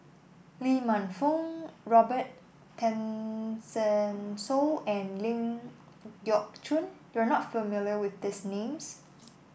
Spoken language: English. Lee Man Fong Robin Tessensohn and Ling Geok Choon you are not familiar with these names